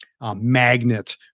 magnet